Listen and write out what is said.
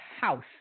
house